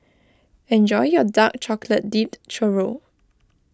enjoy your Dark Chocolate Dipped Churro